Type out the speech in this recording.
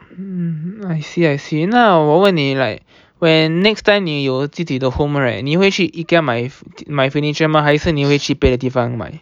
mm I see I see 那我问你 like when next time when 你有自己的 home right 你会去 Ikea 买买买 furniture mah 还是你会去别的地方买